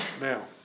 Now